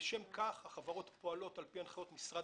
לשם כך החברות פועלות על פי הנחיות משרד